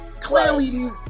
clearly